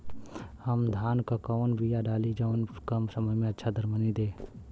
हम धान क कवन बिया डाली जवन कम समय में अच्छा दरमनी दे?